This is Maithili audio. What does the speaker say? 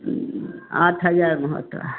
आठ हजारमे होतऽ